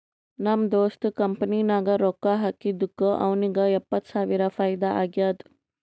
ನಮ್ ದೋಸ್ತ್ ಕಂಪನಿ ನಾಗ್ ರೊಕ್ಕಾ ಹಾಕಿದ್ದುಕ್ ಅವ್ನಿಗ ಎಪ್ಪತ್ತ್ ಸಾವಿರ ಫೈದಾ ಆಗ್ಯಾದ್